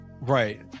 Right